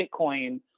Bitcoin